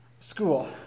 school